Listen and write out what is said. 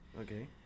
Okay